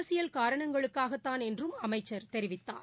அரசியல் காரணங்களுக்காகத்தான் என்றும் அமைச்சர் தெரிவித்தார்